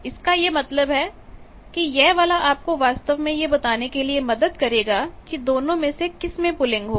इसका यह मतलब है कि यह वाला आपको वास्तव में यह बताने के लिए मदद कर रहा है कि दोनों में से किस में पुलिंग होगी